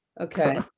Okay